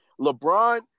LeBron